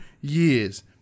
years